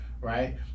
Right